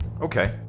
Okay